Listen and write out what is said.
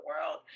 world